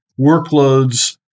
workloads